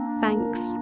Thanks